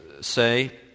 say